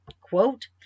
quote